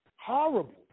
Horrible